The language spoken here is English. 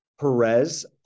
Perez